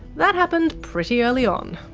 that happened pretty early on.